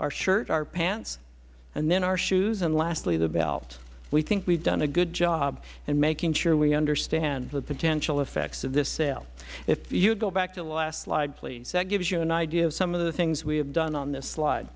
our shirt our pants and then our shoes and lastly the belt we think we have done a good job in making sure we understand the potential effects of this sale if you go back to the last slide please that gives you an idea of some of the things we have done on this slide